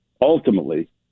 ultimately